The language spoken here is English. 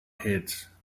heads